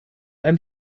ein